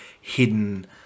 hidden